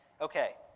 okay